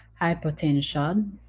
hypertension